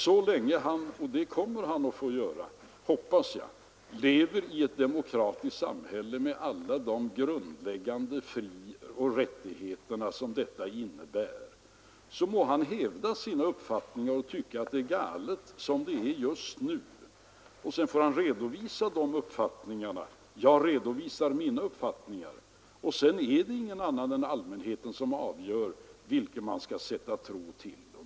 Så länge han lever i ett demokratiskt samhälle — och det kommer han att få fortsätta att göra, hoppas jag — med alla de grundläggande frioch rättigheter som detta innebär, må han tycka att det är galet som det är just nu och hävda den uppfattningen. Jag redovisar mina uppfattningar, och sedan är det allmänheten som avgör vem man skall sätta tro till.